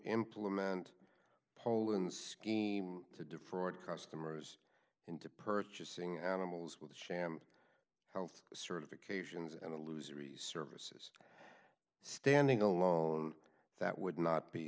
implement poland's scheme to defraud customers into purchasing animals with sham health certifications and a loser the services standing alone that would not be